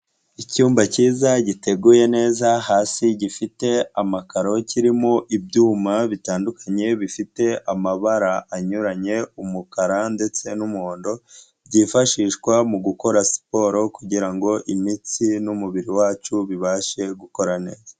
Icyumba cyiza giteguye neza hasi gifite amakaro, kirimo ibyuma bitandukanye bifite amabara anyuranye umukara ndetse n'umuhondo byifashishwa mu gukora siporo kugira ngo imitsi n'umubiri wacu bibashe gukora neza.